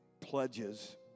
pledges